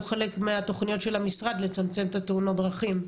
חלק מתוכניות המשרד לצמצם את תאונות הדרכים.